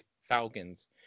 Falcons